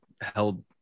held